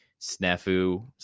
snafu